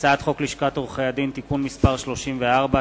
הצעת חוק לשכת עורכי-הדין (תיקון מס' 34),